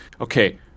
okay